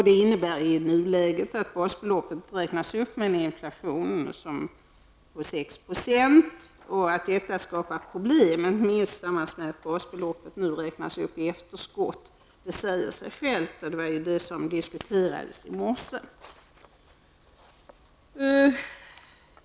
Detta har inneburit att basbeloppet räknas upp motsvarande en inflation på 6 %. Att detta skapar problem när basbeloppet nu räknas upp i efterskott säger sig självt. Det var ju detta som diskuterades i morse.